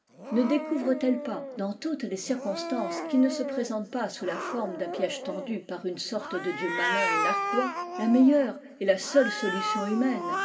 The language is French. ne découvrent elles pas dans toutes les circonstances qui ne se présentent pas sous la forme d un piège tendu par une sorte de dieu malin et narquois la meilleure et la seule solution humaine